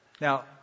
Now